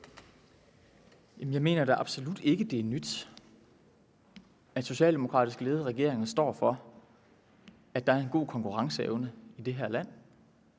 jeg mener da absolut ikke, det er nyt, at socialdemokratisk ledede regeringer står for, at der er en god konkurrenceevne i det her land,